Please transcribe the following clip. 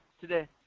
today